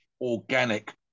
organic